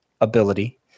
ability